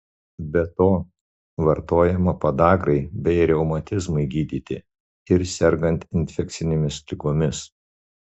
be to vartojama podagrai bei reumatizmui gydyti ir sergant infekcinėmis ligomis